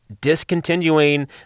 discontinuing